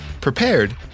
prepared